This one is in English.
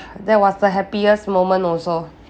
that was the happiest moment also